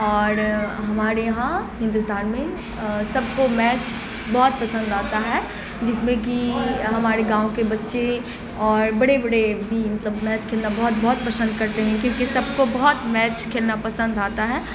اور ہمارے یہاں ہندوستان میں سب کو میچ بہت پسند آتا ہے جس میں کہ ہمارے گاؤں کے بچے اور بڑے بڑے بھی مطلب میچ کھیلنا بہت بہت پسند کرتے ہیں کیونکہ سب کو بہت میچ کھیلنا پسند آتا ہے